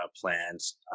plans